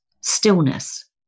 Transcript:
stillness